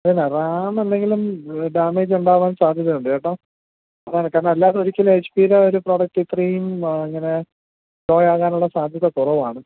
അല്ല റാം എന്തെങ്കിലും ഡാമേജ് ഉണ്ടാവാൻ സാധ്യത ഉണ്ട് കേട്ടോ അതാണ് കാരണം അല്ലാതെ ഒരിക്കലും എച്ച് പി യുടെ ഒരു പ്രോഡക്റ്റ് ഇത്രയും അങ്ങനെ ലോയാകാനുള്ള സാധ്യത കുറവാണ്